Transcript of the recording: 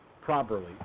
properly